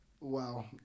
Wow